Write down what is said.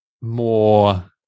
more